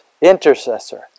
Intercessor